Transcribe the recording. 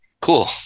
Cool